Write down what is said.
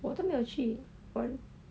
我都没有去 poly